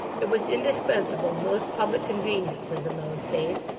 it was indispensable to most public conveniences in those days,